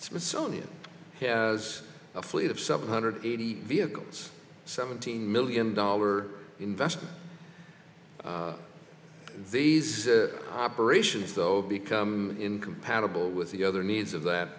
smithsonian has a fleet of seven hundred eighty vehicles seventeen million dollar investment these operations though become incompatible with the other needs of that